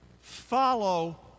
follow